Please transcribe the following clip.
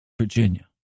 Virginia